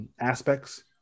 Aspects